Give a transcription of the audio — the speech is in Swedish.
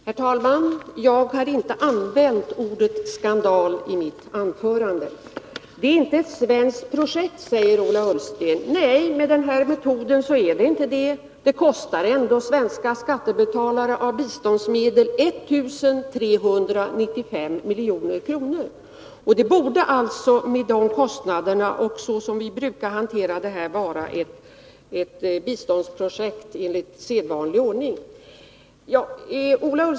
Herr talman! Jag har inte nämnt ordet skandal i mitt anförande. Det är inte ett svenskt projekt, säger Ola Ullsten. Nej, med den här metoden är det inte det. Det kostar ändå de svenska skattebetalarna av biståndsmedel 1 395 milj.kr. Med tanke på kostnaderna och med tanke på det sätt på vilket vi brukar hantera frågor av detta slag borde detta biståndsprojekt handläggas i sedvanlig ordning.